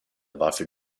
varför